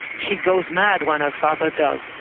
she goes mad when her father does.